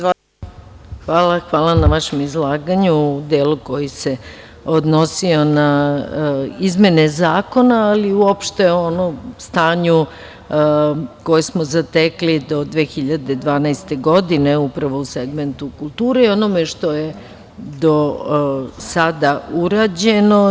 Hvala na vašem izlaganju u delu koji se odnosio na izmene zakona, ali i uopšte na ono stanje koje smo zatekli do 2012. godine, upravo u segmentu kulture i na onome što je do sada urađeno.